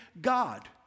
God